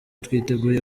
twiteguye